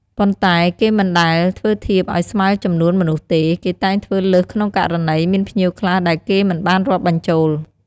ប៉ុន្តែ គេមិនដែលធ្វើធៀបឱ្យស្មើចំនួនមនុស្សទេ គេតែងតែធ្វើលើសក្នុងករណី មានភ្ញៀវខ្លះដែលគេមិនបានរាប់បញ្ចូល។